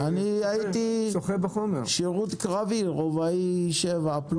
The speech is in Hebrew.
אני הייתי בשירות קרבי, רובאי שבע פלוס.